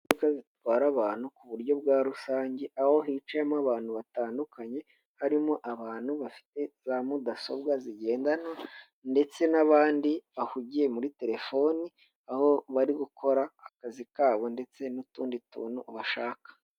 Imodoka zitwara abantu ku buryo bwa rusange, aho hicayemo abantu batandukanye, harimo abantu bafite za mudasobwa zigendanwa, ndetse n'abandi bahugiye muri telefoni, aho bari gukora akazi kabo ndetse n'utundi tuntu bashaka.